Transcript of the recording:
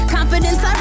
Confidence